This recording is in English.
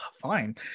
fine